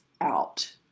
out